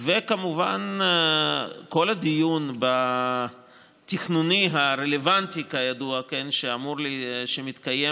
וכמובן, כידוע, כל הדיון התכנוני הרלוונטי שמתקיים